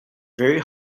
very